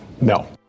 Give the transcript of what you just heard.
No